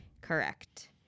Correct